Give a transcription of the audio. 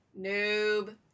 Noob